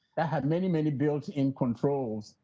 that had many many built in controls,